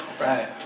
Right